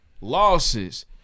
losses